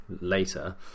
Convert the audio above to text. later